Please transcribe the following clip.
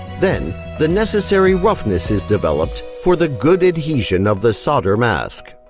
then the necessary roughness is developed for the good adhesion of the solder mask.